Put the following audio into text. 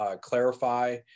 clarify